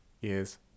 Yes